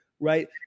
right